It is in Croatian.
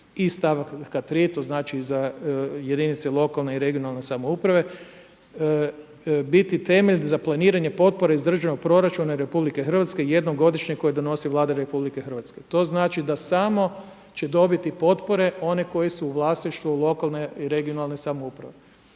iz stavka 3 to znači za jedinice lokalne i regionalne samouprave, biti temelj za planiranje potpore iz državnog proračuna RH jednom godišnje koje donosi Vlada RH. To znači da samo će dobiti potpore one koje su u vlasništvu lokalne i regionalne samouprave.